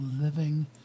living